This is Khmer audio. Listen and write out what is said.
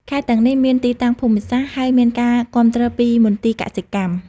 ខេត្តទាំងនេះមានទីតាំងភូមិសាស្ត្រល្អ ហើយមានការគាំទ្រពីមន្ទីរកសិកម្ម។